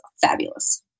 fabulous